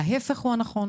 ההיפך הוא הנכון.